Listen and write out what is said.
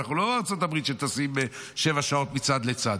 אנחנו לא בארצות הברית שטסים בה שבע שעות מצד לצד.